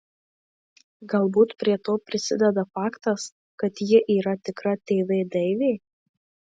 galbūt prie to prisideda faktas kad ji yra tikra tv deivė